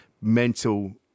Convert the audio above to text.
mental